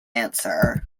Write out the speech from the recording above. answer